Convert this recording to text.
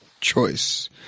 choice